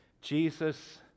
Jesus